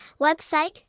website